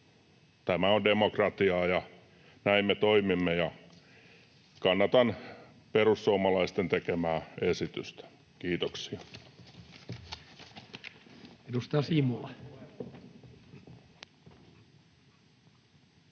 Tämä on demokratiaa, ja näin me toimimme. Kannatan perussuomalaisten tekemää esitystä. — Kiitoksia.